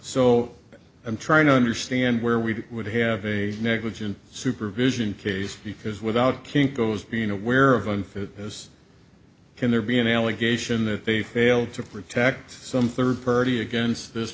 so i'm trying to understand where we would have a negligent supervision case because without kinko's being aware of on this can there be an allegation that they failed to protect some third party against this